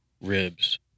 ribs